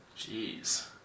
Jeez